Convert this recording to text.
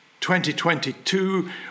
2022